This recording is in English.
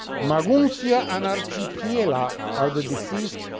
maguncia and archipiela are the deceased